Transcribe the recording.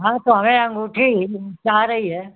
हाँ तो हमें अँगूठी चाह रही है